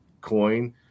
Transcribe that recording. coin